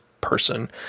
person